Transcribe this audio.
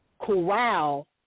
corral